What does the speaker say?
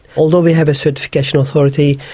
although we have a certification authority,